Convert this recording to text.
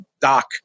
doc